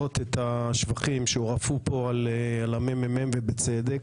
לשמוע את השבחים שהורעפו פה על המ.מ.מ ובצדק.